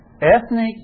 Ethnic